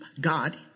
God